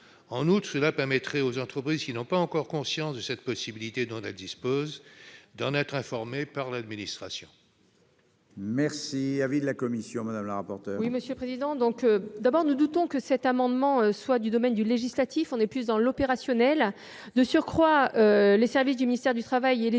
En outre, cela permettrait aux entreprises qui n'ont pas encore connaissance de la possibilité dont elles disposent d'en être informées par l'administration.